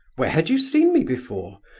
where had you seen me before?